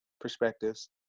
perspectives